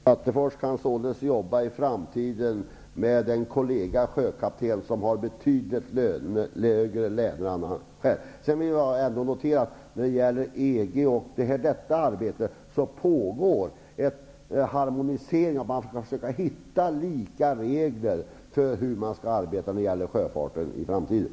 Fru talman! Kenneth Attefors kan således i framtiden arbeta tillsammans med en annan kollega som är sjökapten och som har betydligt lägre lön än han själv har. Jag vill beträffande EG notera att det pågår en harmonisering, dvs, att man skall försöka hitta lika regler för hur man skall arbeta när det gäller sjöfarten i framtiden.